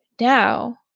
now